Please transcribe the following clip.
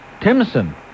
Timson